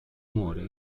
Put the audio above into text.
muore